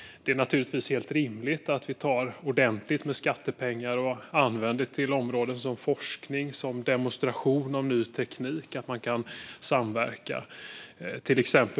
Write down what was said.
Det är naturligtvis helt rimligt att vi tar ordentligt med skattepengar och använder dem till områden som forskning, till exempel demonstration av ny teknik, så att man kan samverka. Fru talman!